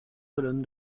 colonnes